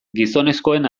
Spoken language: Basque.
gizonezkoen